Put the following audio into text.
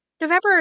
November